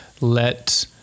let